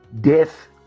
death